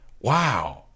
Wow